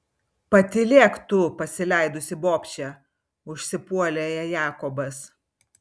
patylėk tu pasileidusi bobše užsipuolė ją jakobas